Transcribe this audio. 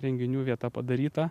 renginių vieta padaryta